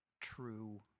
true